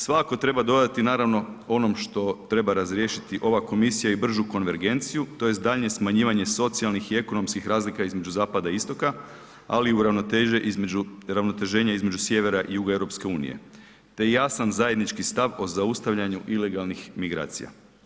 Svakako treba dodati naravno onom što treba razriješiti ova komisija i bržu konvergenciju tj. daljnje smanjivanje socijalnih i ekonomskih razlika između zapada i istoka, ali i ravnoteže između, uravnoteženje između sjevera i juga EU, te jasan zajednički stav o zaustavljanju ilegalnih migracija.